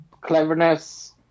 cleverness